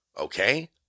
Okay